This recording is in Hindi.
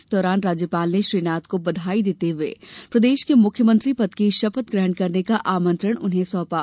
इस दौरान राज्यपाल ने श्री नाथ को बधाई देते हुए प्रदेश को मुख्यमंत्री पद की शपथ ग्रहण करने का आमंत्रण उन्हें सौंपा